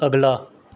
ਅਗਲਾ